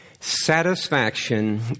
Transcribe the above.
satisfaction